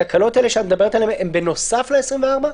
התקלות שאת מדברת עליהן הן בנוסף ל-24?